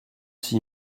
six